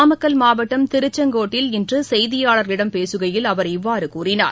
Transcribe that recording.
நாமக்கல் மாவட்டம் திருச்செங்கோட்டில் இன்று செய்தியாளர்களிடம் பேசுகையில் அவர் இவ்வாறு கூறினார்